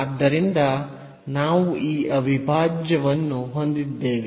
ಆದ್ದರಿಂದ ನಾವು ಈ ಅವಿಭಾಜ್ಯವನ್ನು ಹೊಂದಿದ್ದೇವೆ